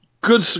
good